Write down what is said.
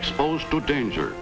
exposed to danger